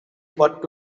what